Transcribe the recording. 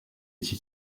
iki